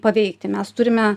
paveikti mes turime